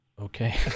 Okay